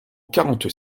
quarante